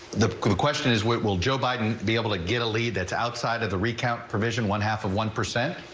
the question is what will joe biden be able to get a lead that's outside of the recount provision one half of one percent.